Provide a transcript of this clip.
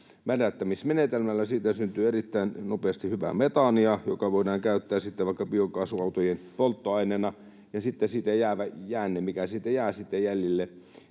mädättämismenetelmällä, niin siitä syntyy erittäin nopeasti hyvää metaania, joka voidaan käyttää sitten vaikka biokaasuautojen polttoaineena, ja siitä jäävä jäänne, mikä siitä jää sitten jäljelle,